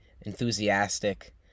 enthusiastic